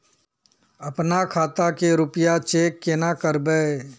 अपना खाता के रुपया चेक केना करबे?